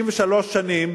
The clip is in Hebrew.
63 שנים